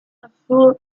supports